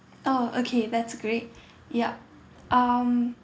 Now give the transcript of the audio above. orh okay that's great yup um